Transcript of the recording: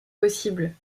possibles